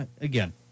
again